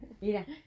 mira